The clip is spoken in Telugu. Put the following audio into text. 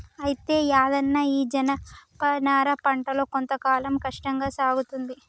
అయితే యాదన్న ఈ జనపనార పంటలో కొంత కాలం కష్టంగా సాగుతుంది